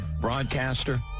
broadcaster